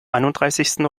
einunddreißigsten